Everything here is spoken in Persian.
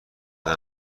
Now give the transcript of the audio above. شدن